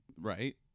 right